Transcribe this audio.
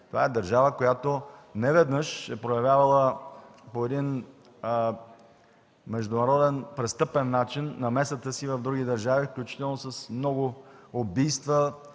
Това е държава, която неведнъж е проявявала по един международен престъпен начин намесата си в други държави, включително с много убийства,